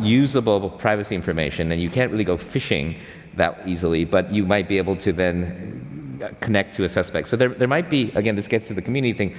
usable privacy information. and you can't really go fishing that easily, but you might be able to then connect to a suspect. so there there might be, again, this gets to the community thing.